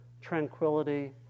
tranquility